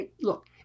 look